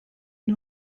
den